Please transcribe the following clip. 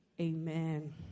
Amen